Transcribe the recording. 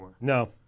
no